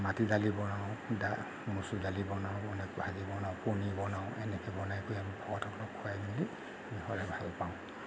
মাটিদালি বনাওঁ দা মচুৰদালি বনাওঁ বেলেগ ভাজি বনাওঁ কণী বনাওঁ এনেকৈ বনাই কৰি আমি ভকতসকলক খুৱাই মেলি ভাল পাওঁ